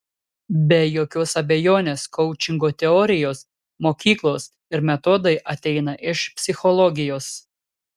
be jokios abejonės koučingo teorijos mokyklos ir metodai ateina iš psichologijos